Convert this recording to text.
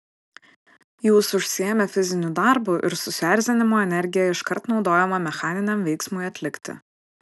jūs užsiėmę fiziniu darbu ir susierzinimo energija iškart naudojama mechaniniam veiksmui atlikti